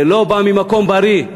זה לא בא ממקום בריא.